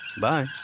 Bye